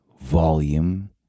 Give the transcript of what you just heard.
volume